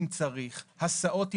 הסעות,